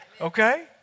Okay